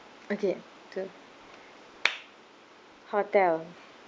okay two hotel